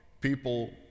people